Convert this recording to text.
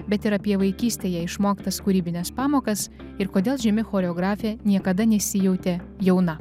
bet ir apie vaikystėje išmoktas kūrybines pamokas ir kodėl žymi choreografė niekada nesijautė jauna